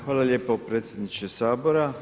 Hvala lijepo predsjedniče Sabora.